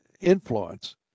influence